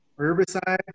herbicide